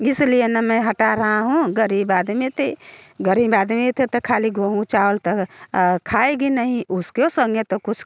इस लिए ना मैं हटा रहा हूँ ग़रीब आदमी थे ग़रीब आदमी थे तो ख़ाली गहूँ चावल तब खाएगी नहीं उसके संग तो कुछ